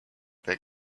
that